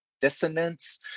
dissonance